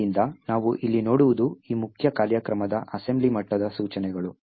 ಆದ್ದರಿಂದ ನಾವು ಇಲ್ಲಿ ನೋಡುವುದು ಈ ಮುಖ್ಯ ಕಾರ್ಯಕ್ರಮದ ಅಸೆಂಬ್ಲಿ ಮಟ್ಟದ ಸೂಚನೆಗಳು